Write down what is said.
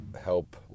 help